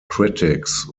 critics